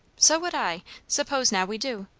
so would i. suppose now we do?